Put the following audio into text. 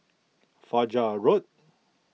Fajar Road